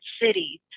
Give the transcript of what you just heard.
cities